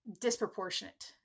disproportionate